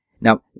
Now